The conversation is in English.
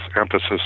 emphasis